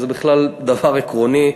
וזה בכלל דבר עקרוני.